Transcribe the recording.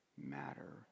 matter